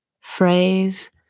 phrase